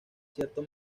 cierto